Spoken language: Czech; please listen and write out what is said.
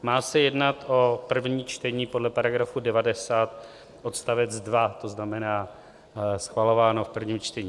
Má se jednat o první čtení podle § 90 odst. 2, to znamená, schvalováno v prvním čtení.